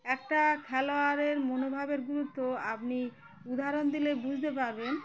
একটা খেলোয়াড়ের মনোভাবের গুরুত্ব আপনি উদাহরণ দিলে বুঝতে পারবেন